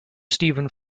steven